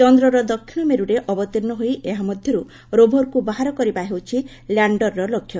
ଚନ୍ଦ୍ରର ଦକ୍ଷିଣ ମେରୁରେ ଅବତୀର୍ଷ ହୋଇ ଏହା ମଧ୍ୟରୁ ରୋଭରକୁ ବାହାର କରିବା ହେଉଛି ଲ୍ୟାଣ୍ଡରର ଲକ୍ଷ୍ୟ